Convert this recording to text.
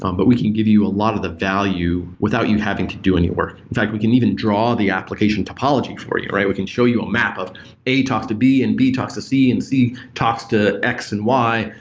um but we can give you a lot of the value without you having to do any work. in fact we can even draw the application topology for you. we can show you a map of a talks to b, and b talks to c, and c talks to x and y,